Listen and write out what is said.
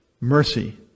Mercy